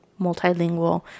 multilingual